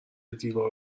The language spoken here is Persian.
دیوار